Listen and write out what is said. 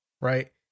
right